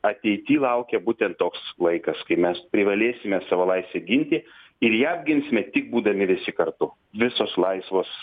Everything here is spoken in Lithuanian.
ateity laukia būtent toks laikas kai mes privalėsime savo laisvę ginti ir ją apginsime tik būdami visi kartu visos laisvos